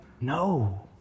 No